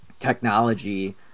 technology